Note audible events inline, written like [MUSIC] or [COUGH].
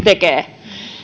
[UNINTELLIGIBLE] tekee